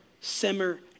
Simmer